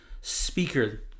speaker